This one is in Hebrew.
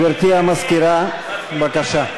גברתי המזכירה, בבקשה.